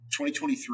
2023